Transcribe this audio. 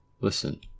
Listen